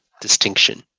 distinction